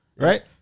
right